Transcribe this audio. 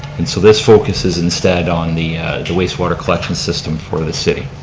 and so this focuses instead on the the waste water collection system for the city.